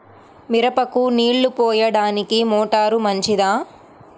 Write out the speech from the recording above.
మిరపకు నీళ్ళు పోయడానికి మోటారు మంచిదా?